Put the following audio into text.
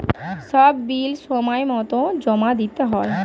সব বিল সময়মতো জমা দিতে হয়